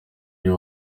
ry’u